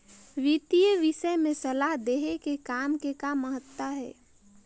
वितीय विषय में सलाह देहे के काम के का महत्ता हे?